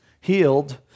healed